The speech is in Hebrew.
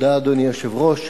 אדוני היושב-ראש,